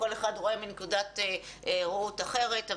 כל אחד רואה מנקודת ראות אחרת.